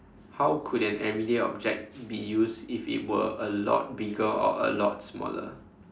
how could an every day object be used if it were a lot bigger or a lot smaller